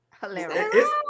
hilarious